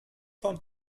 von